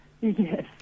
Yes